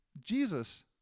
Jesus